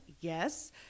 yes